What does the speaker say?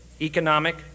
economic